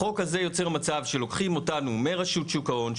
החוק הזה יוצר מצב שלוקחים אותנו מרשות שוק ההון,